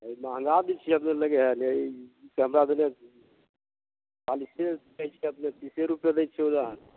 महगा दै छियै अपने लगे हइ हमरा लगे चालीसे रुपए दै छियै अपने तिस रुपए दै छै